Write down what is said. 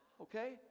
Okay